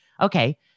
okay